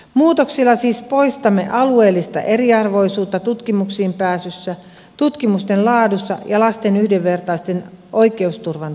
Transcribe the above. muutoksilla siis poistamme alueellista eriarvoisuutta tutkimuksiin pääsyssä tutkimusten laadussa ja lasten yhdenvertaisen oikeusturvan toteutumisessa